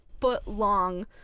foot-long